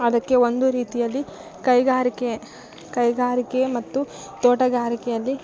ಅದಕ್ಕೆ ಒಂದು ರೀತಿಯಲ್ಲಿ ಕೈಗಾರಿಕೆ ಕೈಗಾರಿಕೆ ಮತ್ತು ತೋಟಗಾರಿಕೆಯಲ್ಲಿ